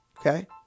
Okay